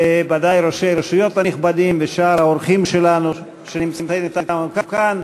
וודאי ראשי רשויות הנכבדים ושאר האורחים שלנו שנמצאים אתנו כאן,